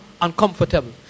uncomfortable